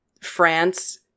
France